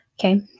Okay